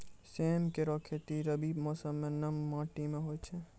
सेम केरो खेती रबी मौसम म नम माटी में होय छै